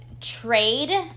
trade